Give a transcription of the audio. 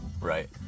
right